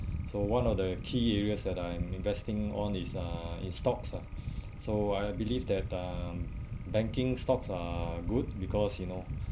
so one of the key areas that I'm investing on is uh in stocks ah so I believe that um banking stocks are good because you know